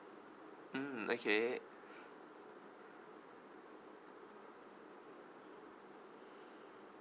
mm okay